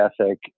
ethic